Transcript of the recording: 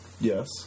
Yes